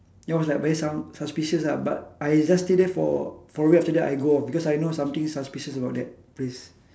that was like very su~ suspicious lah but I just stay there for for a week after that I go off because I know something suspicious about that place